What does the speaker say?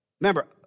Remember